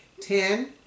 Ten